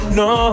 no